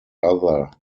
other